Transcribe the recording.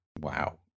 Wow